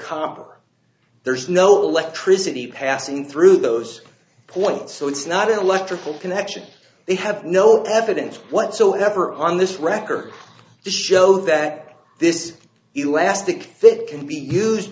copper there's no electricity passing through those points so it's not an electrical connection they have no evidence whatsoever on this record to show that this is elastic that can be used